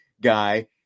guy